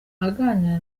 aganira